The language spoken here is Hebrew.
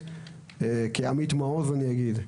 אנחנו כנראה שלא נצליח לפתור